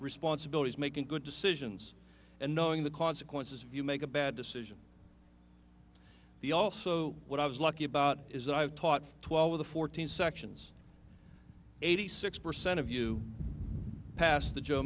responsibilities making good decisions and knowing the consequences if you make a bad decision the also what i was lucky about is that i've taught for twelve of the fourteen sections eighty six percent of you pass the jo